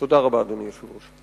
תודה רבה, אדוני היושב-ראש.